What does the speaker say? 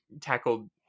tackled